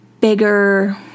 bigger